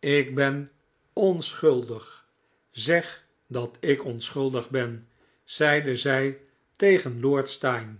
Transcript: ik ben onschuldig zeg datik onschuldig ben zeide zij tegen lord steyne